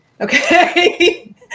Okay